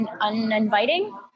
uninviting